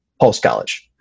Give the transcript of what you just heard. post-college